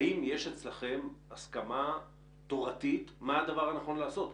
האם יש אצלכם הסכמה תורתית מה הדבר הנכון לעשות?